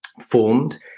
formed